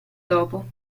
topo